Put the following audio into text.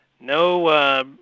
No